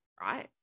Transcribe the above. right